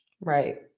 Right